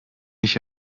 ich